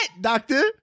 Doctor